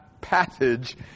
passage